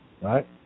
right